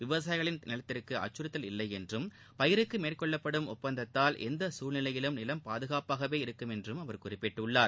விவசாயிகளின் நிலத்திற்கு அச்சுறுத்தல் இல்லை என்றும் பயிருக்கு மேற்கொள்ளப்படும் ஒப்பந்தத்தால் எந்த சூழ்நிலையிலும் நிலம் பாதுகாப்பாகவே இருக்கும் என்றும் அவர் குறிப்பிட்டுள்ளார்